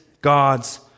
God's